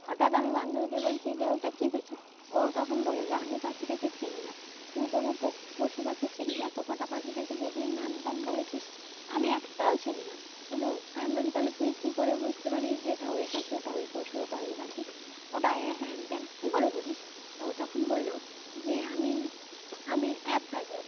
হঠাৎ আমি বান্ধবীকে বলছি যে ওটা কী পাখি ও তখন বললো যে আমি পাখিটাকে চিনি না তুই তবু পশু পাখি চিনিস এত কটা পাখিটাকে দেখলি নাম টাম বলেছিস আমি একটাও চিনি না শুধু আমি বলছি তাহলে তুই কী করে বুঝতে পারিস যে এটা ওই পাখি ওটা ওই পশু ওটা ওই পাখি ওটা হ্যান ত্যান কী করে বুঝিস তা তখন বললো যে আমি আমি অ্যাপ ব্যবহার করি